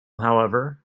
however